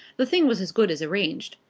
the thing was as good as arranged.